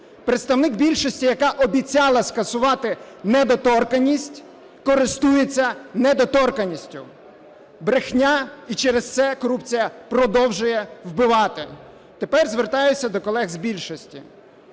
Представник більшості, яка обіцяла скасувати недоторканність, користується недоторканністю. Брехня, і через це корупція продовжує вбивати. Тепер звертаюся до колег з більшості.